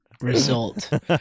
result